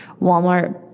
Walmart